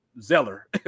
zeller